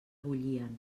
bullien